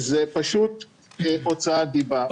זה פשוט הוצאת דיבה.